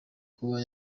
kuba